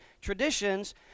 traditions